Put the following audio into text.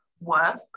work